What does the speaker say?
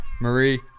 Marie